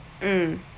mm